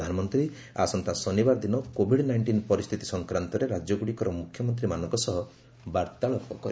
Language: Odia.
ପ୍ରଧାନମନ୍ତ୍ରୀ ଆସନ୍ତା ଶନିବାର ଦିନ କୋଭିଡ୍ ନାଇଷ୍ଟିନ୍ ପରିସ୍ଥିତି ସଂକ୍ରାନ୍ତରେ ରାଜ୍ୟଗୁଡ଼ିକର ମୁଖ୍ୟମନ୍ତ୍ରୀମାନଙ୍କ ସହ ବାର୍ତ୍ତାଳାପ କରିବେ